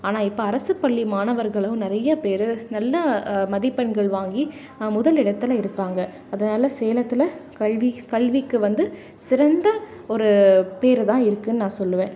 ஆனால் இப்போ அரசு பள்ளி மாணவர்களும் நிறையா பேர் நல்ல மதிப்பெண்கள் வாங்கி முதலிடத்தில் இருக்காங்க அதனால் சேலத்தில் கல்வி கல்விக்கு வந்து சிறந்த ஒரு பேர் தான் இருக்குன்னு நான் சொல்லுவேன்